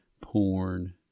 porn